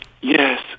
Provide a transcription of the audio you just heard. Yes